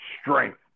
strength